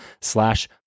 slash